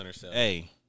hey